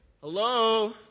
Hello